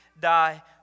die